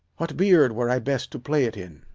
what beard were i best to play it in?